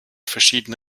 verschiedene